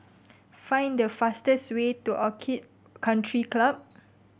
find the fastest way to Orchid Country Club